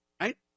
Right